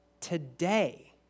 today